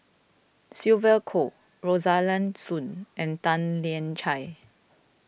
Sylvia Kho Rosaline Soon and Tan Lian Chye